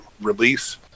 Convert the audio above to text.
release